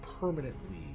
permanently